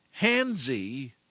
handsy